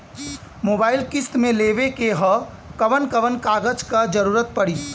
Mobile किस्त मे लेवे के ह कवन कवन कागज क जरुरत पड़ी?